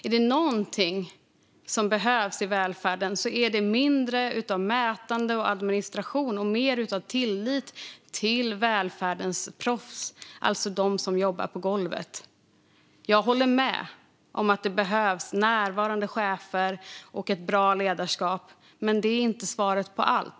Är det någonting som behövs i välfärden är det mindre av mätande och administration och mer av tillit till välfärdens proffs, alltså de som jobbar på golvet. Jag håller med om att det behövs närvarande chefer och ett bra ledarskap, men det är inte svaret på allt.